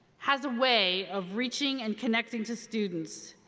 has a way of reaching and connecting to students.